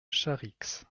charix